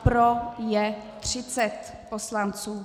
Pro je 30 poslanců.